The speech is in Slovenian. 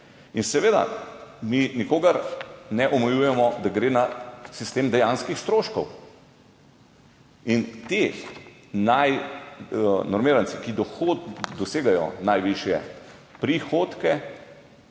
In seveda mi nikogar ne omejujemo, da gre na sistem dejanskih stroškov. In pri teh normirancih, ki dosegajo najvišje prihodke,